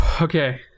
Okay